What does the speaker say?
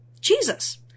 Jesus